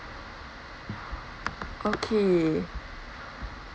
okay